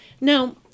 Now